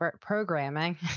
programming